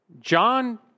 John